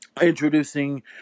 introducing